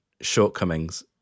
shortcomings